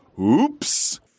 oops